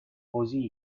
così